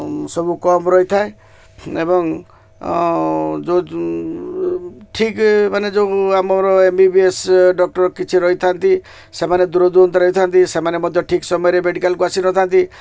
ସବୁ କମ୍ ରହିଥାଏ ଏବଂ ଯେଉଁ ଠିକ ମାନେ ଯେଉଁ ଆମର M B B S doctor କିଛି ରହିଥାନ୍ତି ସେମାନେ ଦୂରଦୂରନ୍ତ ରହିଥାନ୍ତି ସେମାନେ ମଧ୍ୟ ଠିକ ସମୟରେ ମେଡ଼ିକାଲକୁ ଆସିନଥାନ୍ତି